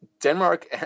Denmark